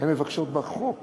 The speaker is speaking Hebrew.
לא, הן מבקשות בחוק